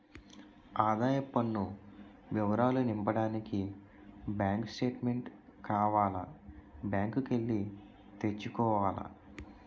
ఆదాయపు పన్ను వివరాలు నింపడానికి బ్యాంకు స్టేట్మెంటు కావాల బ్యాంకు కి ఎల్లి తెచ్చుకోవాల